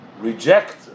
reject